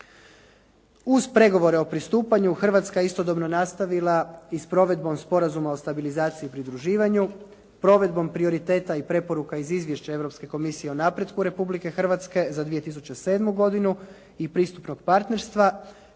Uz pregovore o pristupanju Hrvatska je istodobno nastavila i s provedbom Sporazuma o stabilizaciji i pridruživanju, provedbom prioriteta i preporuka iz izvješća Europske komisije o napretku Republike Hrvatske za 2007. godinu i pristupnog partnerstva